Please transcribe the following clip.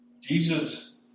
Jesus